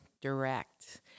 direct